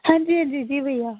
अंजी जी जी जी भैया